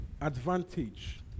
advantage